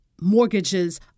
mortgages